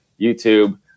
YouTube